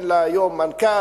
אין לה היום מנכ"ל,